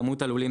כמות הלולים,